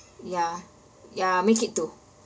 ya ya make it two